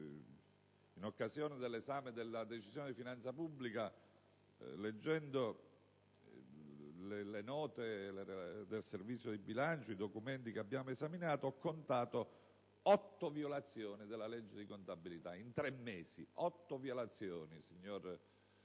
in occasione dell'esame della Decisione di finanza pubblica, leggendo le note del Servizio del bilancio e i documenti che abbiamo esaminato, ho contato otto violazioni della legge di contabilità in tre mesi: